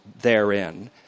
therein